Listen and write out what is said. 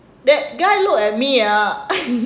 that guy looked at me ah